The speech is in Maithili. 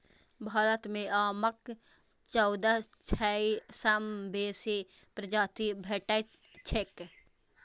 भारत मे आमक चौदह सय सं बेसी प्रजाति भेटैत छैक